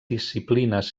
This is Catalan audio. disciplines